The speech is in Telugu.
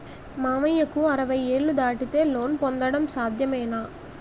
మామయ్యకు అరవై ఏళ్లు దాటితే లోన్ పొందడం సాధ్యమేనా?